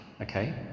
okay